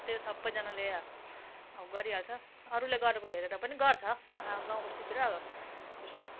त्यो सबैजनाले गरिहाल्छ अरूले गरेको हेरेर पनि गर्छ गाउँबस्तीतिर यसो